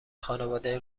خانواده